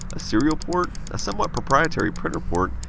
a serial port, a somewhat proprietary printer port,